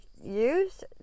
use